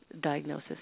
diagnosis